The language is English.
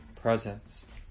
presence